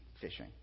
fishing